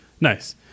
Nice